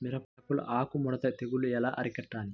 మిరపలో ఆకు ముడత తెగులు ఎలా అరికట్టాలి?